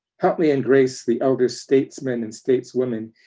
huntley and grace, the elder statesman and stateswoman,